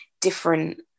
different